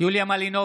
יוליה מלינובסקי,